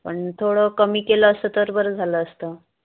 पण थोडं कमी केलं असतं तर बरं झालं असतं